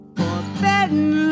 forbidden